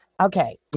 Okay